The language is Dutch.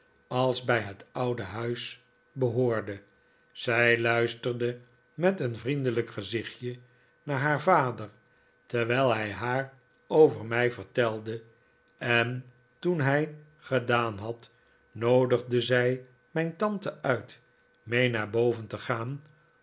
als bij het oude huis behoorde zij luisterde met een vriendelijk gezichtje naar haar vader terwijl hij haar over mij vertelde en toen hij gedaan david copperfield had noodigde zij mijn tante uit mee naar boven te gaan